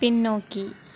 பின்னோக்கி